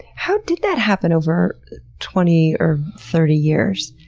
how did that happen over twenty or thirty years?